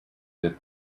that